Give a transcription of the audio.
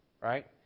right